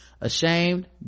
ashamed